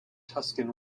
tuscan